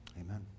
Amen